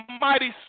mighty